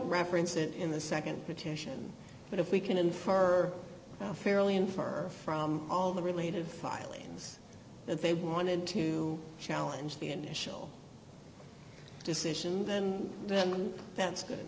reference it in the nd petition but if we can infer fairly infer from all the related filings that they wanted to challenge the initial decision then the one that's good